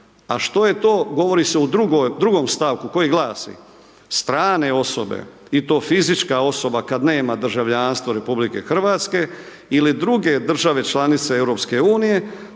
a što je to govori se u drugom stavku koji glasi, strane osobe i to fizička osoba kad nema državljanstvo RH ili druge države članice EU,